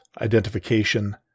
identification